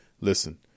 listen